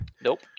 Nope